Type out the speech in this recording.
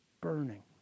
burning